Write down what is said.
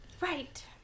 Right